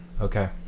Okay